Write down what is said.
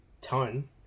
ton